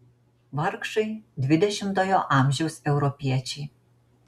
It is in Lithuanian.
vargšai dvidešimtojo amžiaus europiečiai